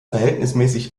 verhältnismäßig